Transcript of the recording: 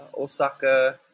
Osaka